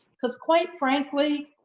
because quite frankly,